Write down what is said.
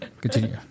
Continue